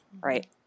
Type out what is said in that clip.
Right